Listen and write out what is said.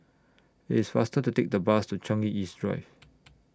IT IS faster to Take The Bus to Changi East Drive